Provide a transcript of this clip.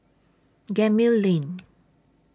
Gemmill Lane